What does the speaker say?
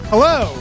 Hello